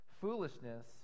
Foolishness